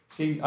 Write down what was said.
See